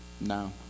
no